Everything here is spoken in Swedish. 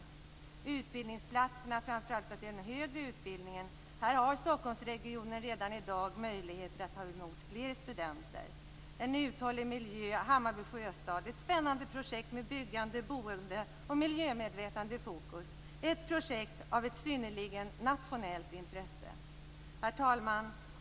När det gäller utbildningsplatser, framför allt till den högre utbildningen, har Stockholmsregionen redan i dag möjlighet att ta emot fler studenter. Vi har en uthållig miljö, t.ex. Hammarby Sjöstad. Det är ett spännande projekt med byggande, boende och miljömedvetande i fokus - ett projekt av synnerligen nationellt intresse. Herr talman!